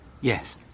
Yes